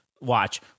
watch